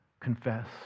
Confess